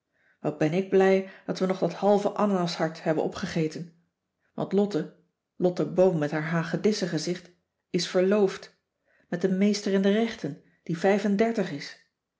wat ben ik blij dat we nog dat halve ananashart hebben opgegeten want lotte lotte boom met haar hagedissengezicht is verloofd met een meester in de rechten die vijf en dertig is